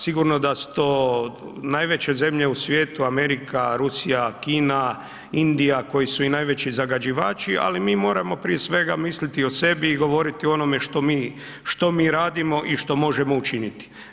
Sigurno da to najveće zemlje u svijetu, Amerika, Rusija, Kina, Indija koji su i najveći zagađivači, ali mi moramo prije svega misliti o sebi i govoriti o onome što mi, što mi radimo i što možemo učiniti.